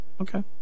Okay